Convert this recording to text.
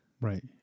Right